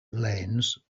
lanes